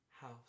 house